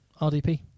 RDP